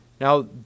Now